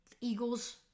Eagles